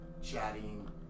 chatting